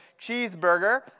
cheeseburger